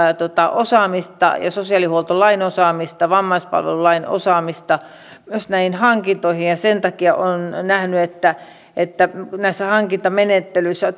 osaamista ja sosiaalihuoltolain osaamista vammaispalvelulain osaamista myös näihin hankintoihin ja sen takia olen nähnyt että että näissä hankintamenettelyissä